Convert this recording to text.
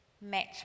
match